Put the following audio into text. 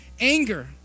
anger